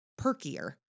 perkier